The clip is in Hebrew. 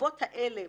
שבנסיבות האלה,